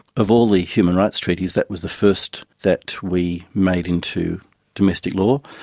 of all the human rights treaties, that was the first that we made into domestic law.